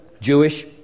Jewish